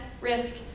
risk